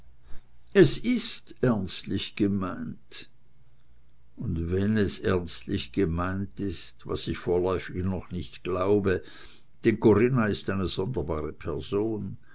es ist ernstlich gemeint und wenn es ernstlich gemeint ist was ich vorläufig noch nicht glaube denn corinna ist eine sonderbare person